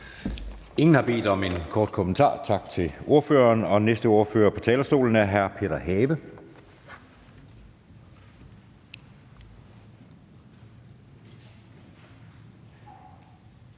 Ingen har bedt om en kort bemærkning, så vi siger tak til ordføreren. Næste ordfører på talerstolen er hr. Peter Have.